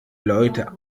leute